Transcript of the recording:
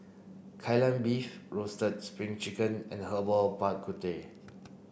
Kai Lan Beef roasted crispy spring chicken and Herbal Bak Ku Teh